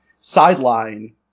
sideline